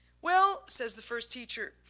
well, says the first teacher.